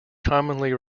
commonly